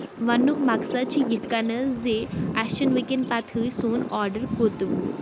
وَننُک مقصد چھُ یِتھ کَنتھ زِ اَسہِ چھُ نہٕ وٕنکین پَتہٕ ہٕے سون آرڈر کوٚت ووت